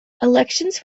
elections